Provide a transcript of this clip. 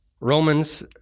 Romans